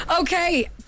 Okay